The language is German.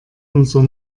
unser